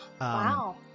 Wow